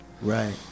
right